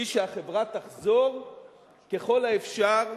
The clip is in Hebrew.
הוא שהחברה תחזור ככל האפשר,